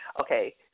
Okay